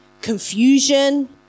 confusion